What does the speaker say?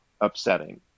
upsetting